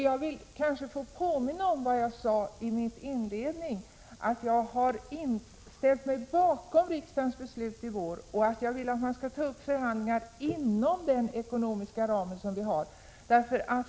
Jag vill påminna om vad jag sade i mitt inledningsanförande, nämligen att jag har ställt mig bakom riksdagens beslut i våras och att jag vill att man skall ta upp förhandlingar inom den ekonomiska ramen.